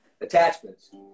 attachments